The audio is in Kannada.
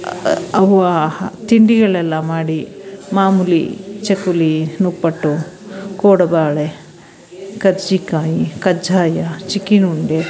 ಅವ್ವ ಹ ತಿಂಡಿಗಳೆಲ್ಲ ಮಾಡಿ ಮಾಮುಲಿ ಚಕ್ಕುಲಿ ನಿಪ್ಪಟ್ಟು ಕೋಡುಬಳೆ ಕರ್ಜಿಕಾಯಿ ಕಜ್ಜಾಯ ಚಿಕಿನುಂಡೆ